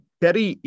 peri